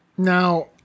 Now